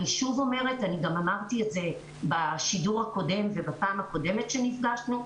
אני שוב אומרת וגם אמרתי את זה בשידור הקודם ובפעם הקודמת שנפגשנו,